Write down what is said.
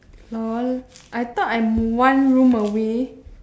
lol I thought I'm one room away